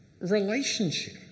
relationship